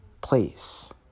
place